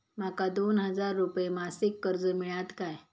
माका दोन हजार रुपये मासिक कर्ज मिळात काय?